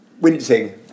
wincing